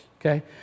okay